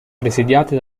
presidiate